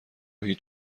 هیچ